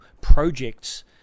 projects